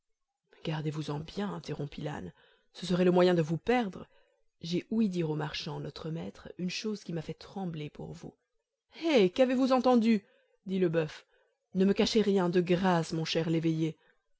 gardez-vous-en bien interrompit l'âne ce serait le moyen de vous perdre car en arrivant ce soir j'ai ouï dire au marchand notre maître une chose qui m'a fait trembler pour vous hé qu'avez-vous entendu dit le boeuf ne me cachez rien de grâce mon cher l'éveillé